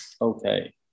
Okay